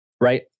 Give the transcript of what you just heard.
right